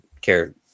care